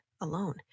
alone